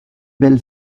belles